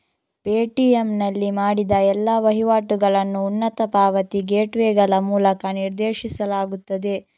Paytm ನಲ್ಲಿ ಮಾಡಿದ ಎಲ್ಲಾ ವಹಿವಾಟುಗಳನ್ನು ಉನ್ನತ ಪಾವತಿ ಗೇಟ್ವೇಗಳ ಮೂಲಕ ನಿರ್ದೇಶಿಸಲಾಗುತ್ತದೆ